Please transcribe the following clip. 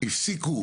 הפסיקו